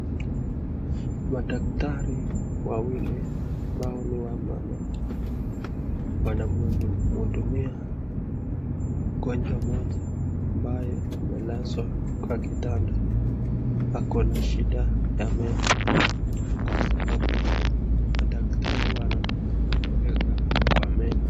Madaktari wawili ambao ni wamama wanamhudumia mgonjwa moja ambaye amelazwa kwa kitanda . Ako na shida ya meno. Madaktari wanaa dawa kwa meno.